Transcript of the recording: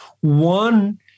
One